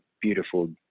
beautiful